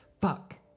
Fuck